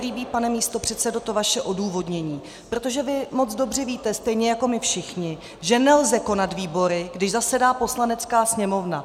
Mně se nelíbí, pane místopředsedo, to vaše odůvodnění, protože vy moc dobře víte, stejně jako my všichni, že nelze konat výbory, když zasedá Poslanecká sněmovna.